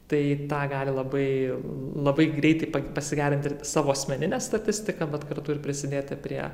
tai tą gali labai labai greitai pasigerinti ir savo asmeninę statistiką bet kartu ir prisidėti prie